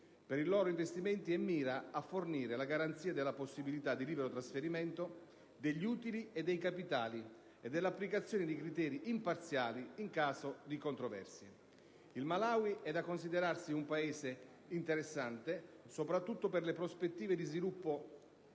per i loro investimenti e mira a fornire la garanzia della possibilità di libero trasferimento degli utili e dei capitali e dell'applicazione di criteri imparziali in caso di controversie. Il Malawi è da considerarsi un Paese interessante soprattutto per le prospettive di sviluppo: